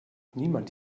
niemand